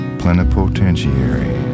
plenipotentiary